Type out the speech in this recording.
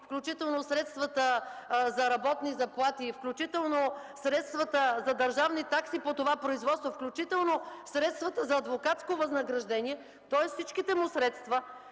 включително средствата за работни заплати, включително средствата за държавни такси по това производство, включително средствата за адвокатско възнаграждение, тоест всичките му средства,